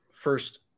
first